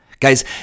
guys